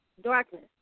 darkness